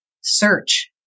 search